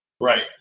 Right